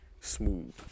Smooth